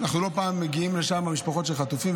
לא פעם מגיעות לשם משפחות של חטופים,